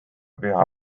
püha